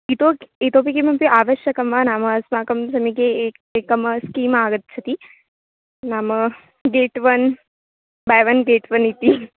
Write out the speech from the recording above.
इतोक् इतोऽपि किमपि आवश्यकं वा नाम अस्माकं समीपे एकम् एकं स्कीम् आगच्छति नाम get one buy one get one इति